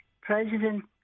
President